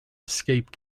escape